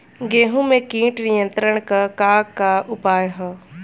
गेहूँ में कीट नियंत्रण क का का उपाय ह?